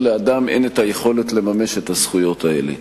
לאדם אין יכולת לממש את הזכויות האלה.